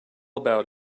about